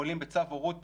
יכולים בצו הורות פסיקתי,